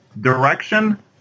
direction